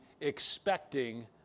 expecting